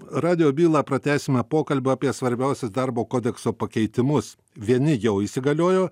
radijo bylą pratęsime pokalbį apie svarbiausius darbo kodekso pakeitimus vieni jau įsigaliojo